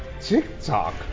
TikTok